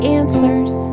answers